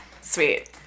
Sweet